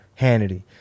Hannity